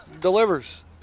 delivers